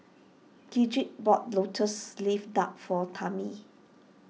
Gidget bought Lotus Leaf Duck for Tammi